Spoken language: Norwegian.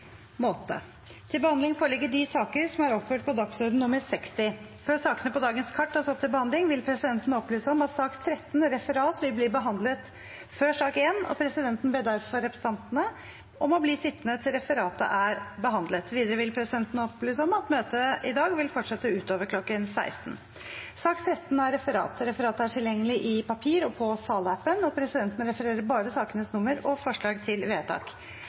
måte. Før sakene på dagens kart tas opp til behandling, vil presidenten opplyse om at sak nr. 13, Referat, vil bli behandlet før sak nr. 1. Presidenten ber derfor representantene om å bli sittende til referatet er behandlet. Videre vil presidenten opplyse om at møtet i dag vil fortsette utover kl. 16. Etter ønske fra utenriks- og forsvarskomiteen vil presidenten ordne debatten slik: 5 minutter til hver partigruppe og 5 minutter til medlemmer av regjeringen. Videre vil det – innenfor den fordelte taletid – bli gitt anledning til